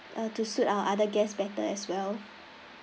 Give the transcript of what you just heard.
uh to suit our other guests better as well